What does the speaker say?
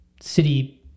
city